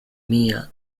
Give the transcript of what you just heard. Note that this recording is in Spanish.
mía